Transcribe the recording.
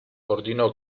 ordinò